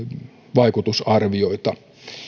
vaikutusarvioita